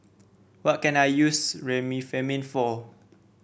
what can I use Remifemin for